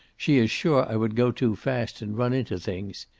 she is sure i would go too fast, and run into things.